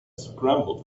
scrambled